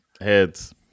Heads